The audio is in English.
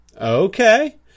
Okay